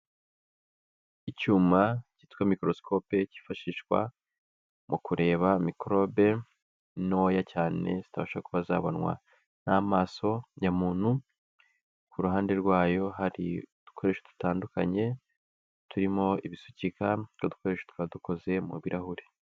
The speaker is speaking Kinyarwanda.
Icyuma cyitwa microscope cyifashishwa mu kureba microbe ntoya cyane zitabashwa kuba zabonwa n'amaso ya muntu, ku ruhande rwayo hari udukoresho dutandukanye turimo ibisukika. Utwo dukoresho tukaba dukoze mu birahure.